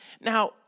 Now